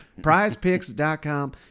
prizepicks.com